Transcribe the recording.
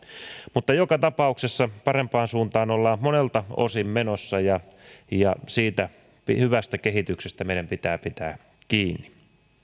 mutta joka tapauksessa parempaan suuntaan ollaan monelta osin menossa ja ja siitä hyvästä kehityksestä meidän pitää pitää kiinni